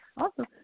Awesome